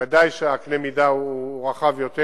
ודאי שקנה המידה הוא רחב יותר,